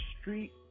street